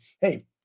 Hey